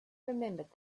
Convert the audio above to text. remembered